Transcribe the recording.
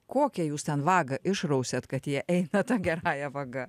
kokią jūs ten vagą išrausėt kad jie eina ta gerąja vaga